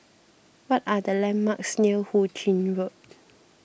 what are the landmarks near Hu Ching Road